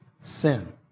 sin